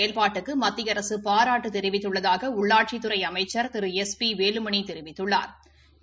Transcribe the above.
அம்மா உணவகங்களின் செயல்பாட்டுக்கு மத்திய அரசு பாராட்டு தெரிவித்துள்ளதாக உள்ளாட்சித்துறை அமைச்ச் திரு எஸ் பி வேலுமணி தெரிவித்துள்ளாா்